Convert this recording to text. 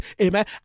amen